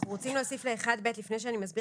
הוא עומד גם באותם תנאים; (1ב) הוטל